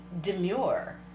demure